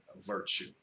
virtue